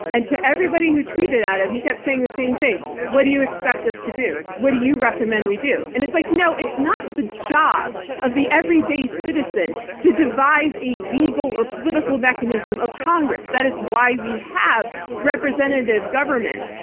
and to everybody who tweeted at him, he kept saying the same thing what do you expect us to do? what do you recommend we do? and it's like, you know, it's not the job of the everyday citizen to devise a legal or political mechanism of congress. that is why we have representative government.